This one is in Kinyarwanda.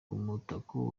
umutako